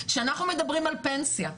כשאנחנו מדברים על פנסיה,